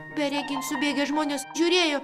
beregint subėgę žmonės žiūrėjo